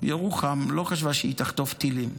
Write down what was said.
ירוחם לא חשבה שהיא תחטוף טילים.